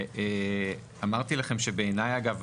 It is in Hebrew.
אמרתי לכם שבעיניי אגב,